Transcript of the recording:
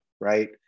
right